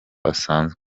asanzwe